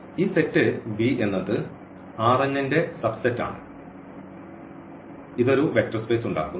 ഈ set V എന്നത് ന്റെ സബ്സെറ്റാണ് ഇത് ഒരു വെക്റ്റർ സ്പേസ് ഉണ്ടാക്കുന്നു